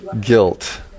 Guilt